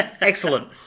excellent